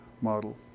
model